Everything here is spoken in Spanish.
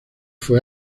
fue